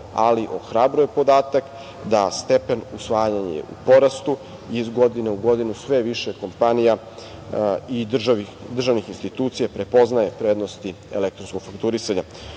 ali ohrabruje podatak da stepen usvajanja je u porastu, iz godine u godinu sve više kompanija i državnih institucija prepoznaje prednosti elektronskog fakturisanja.